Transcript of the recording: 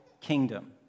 kingdom